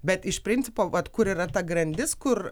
bet iš principo vat kur yra ta grandis kur